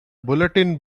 bulletin